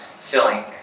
filling